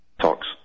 talks